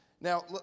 now